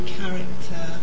character